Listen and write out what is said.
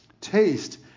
Taste